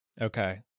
Okay